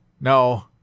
No